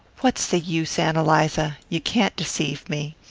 what's the use, ann eliza? you can't deceive me.